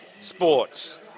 sports